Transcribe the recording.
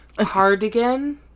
cardigan